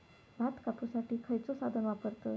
भात कापुसाठी खैयचो साधन वापरतत?